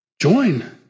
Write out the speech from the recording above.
join